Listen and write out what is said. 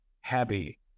happy